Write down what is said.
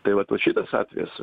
tai vat vat šitas atvejis